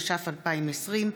התש"ף 2020,